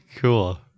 Cool